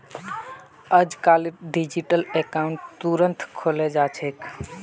अजकालित digital account तुरंत खुले जा छेक